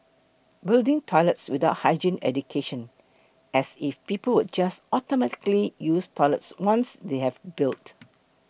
building toilets without hygiene education as if people would just automatically use toilets once they have built